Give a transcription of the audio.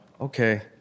okay